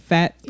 Fat